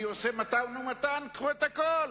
אני עושה מתן-ומתן, קחו את הכול,